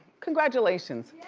congratulations.